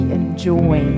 enjoy